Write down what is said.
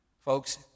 Folks